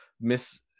miss